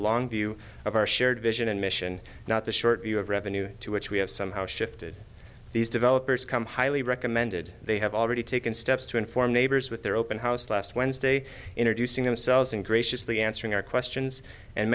long view of our shared vision and mission not the short view of revenue to which we have somehow shifted these developers come highly recommended they have already taken steps to inform neighbors with their open house last wednesday introducing themselves and graciously answering our questions and